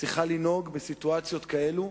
צריכה לנהוג בסיטואציות כאלה.